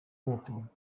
walking